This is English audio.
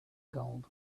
gold